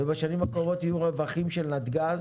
ובשנים הקרובות יהיו רווחים של הגז.